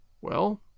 Well